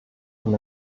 dem